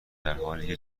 درحالیکه